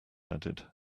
added